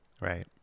Right